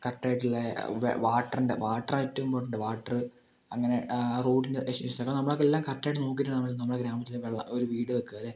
correct ആയിട്ടുള്ള water വാട്ടറിൻ്റെ water ആണു ഏറ്റവും കൂടുതൽ വാട്ടർ അങ്ങനെ റോഡിൻ്റെ സൈസ് നമ്മൾ അത് എല്ലാം കറക്റ്റ് ആയിട്ട് നോക്കിയിട്ടാണ് നമ്മള ഗ്രാമത്തിൽ വെള്ള ഒരു വീട് വയ്ക്കുക അല്ലേ